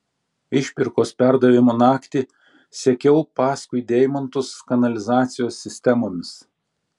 išpirkos perdavimo naktį sekiau paskui deimantus kanalizacijos sistemomis